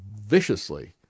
viciously